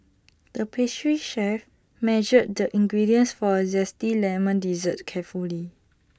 the pastry chef measured the ingredients for A Zesty Lemon Dessert carefully